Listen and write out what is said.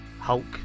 Hulk